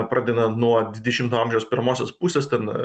pradedant nuo dvidešimto amžiaus pirmosios pusės ten